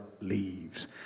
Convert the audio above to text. leaves